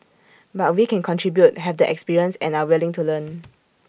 but we can contribute have the experience and are willing to learn